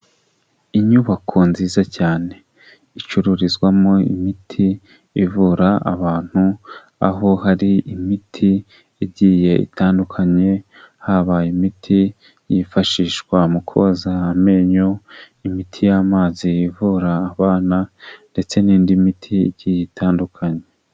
Inyubako nziza cyane, icururizwamo imiti ivura abantu aho hari imiti igiye itandukanye, haba imiti yifashishwa mu koza amenyo, imiti y'amazi ivura abana ndetse n'indi miti igiye itandukanye.